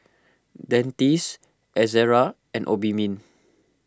Dentiste Ezerra and Obimin